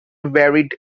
varied